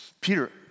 Peter